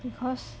because